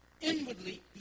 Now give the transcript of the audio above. inwardly